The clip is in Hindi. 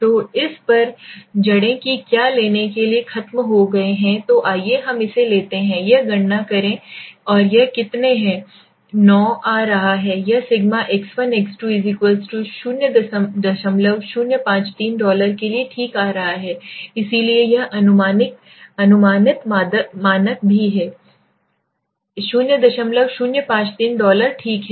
तो इस पर जड़ें कि क्या लेने के लिए खत्म हो गए हैं तो आइए हम इसे लेते हैं यह गणना करें और यह कितने हैं 9 आ रहा है यह सिग्मा X1x2 0053 डॉलर के लिए ठीक आ रहा है इसलिए यह अनुमानित मानक भी है 0053 डॉलर ठीक है